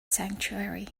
sanctuary